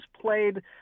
played